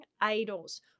idols